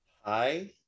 Hi